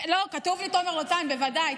כתוב לי תומר לוטן, בוודאי.